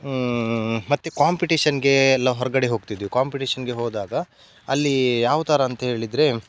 ಮತ್ತು ಕಾಂಪಿಟೇಷನ್ಗೆ ಎಲ್ಲ ಹೊರಗಡೆ ಹೋಗ್ತಿದ್ವಿ ಕಾಂಪಿಟೇಷನ್ಗೆ ಹೋದಾಗ ಅಲ್ಲಿ ಯಾವ ಥರ ಅಂತ ಹೇಳಿದರೆ